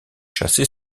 chassé